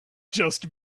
just